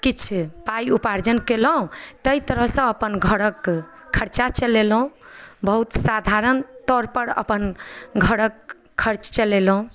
किछु पाइ उपार्जन कयलहुँ तहि तरहसँ अपन घरके खर्चा चलेलहुँ बहुत साधारण तौरपर अपन घरके खर्च चलेलहुँ